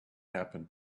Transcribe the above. happened